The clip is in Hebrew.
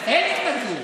אין התנגדות.